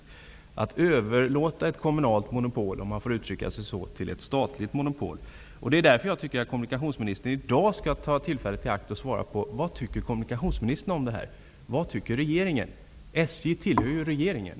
De tvekar att överlåta ett kommunalt monopol -- om jag får uttrycka mig så -- till ett statligt monopol. Därför tycker jag att kommunikationsministern i dag skall ta tillfället i akt att svara på frågan: Vad tycker kommunikationsministern och regeringen om det här? SJ tillhör ju regeringen.